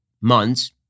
months